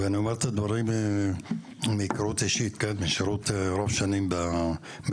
ואני אומר את הדברים מהיכרות אישית ומשירות רב שנים באזור.